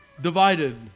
divided